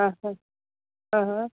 हा हा हा हा